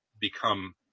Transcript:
become